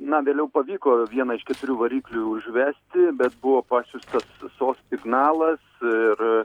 na vėliau pavyko vieną iš keturių variklių užvesti bet buvo pasiųstas sos signalas ir